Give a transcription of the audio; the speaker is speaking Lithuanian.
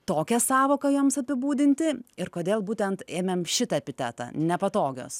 tokią sąvoką joms apibūdinti ir kodėl būtent ėmėm šitą epitetą nepatogios